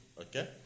Okay